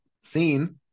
seen